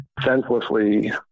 senselessly